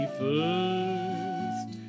first